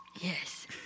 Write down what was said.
yes